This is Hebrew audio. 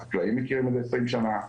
החקלאים מכירים את זה 20 שנה.